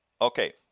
Okay